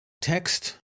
text